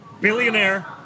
billionaire